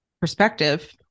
perspective